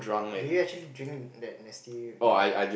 do you actually drink that nasty drink